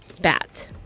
bat